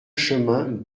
chemin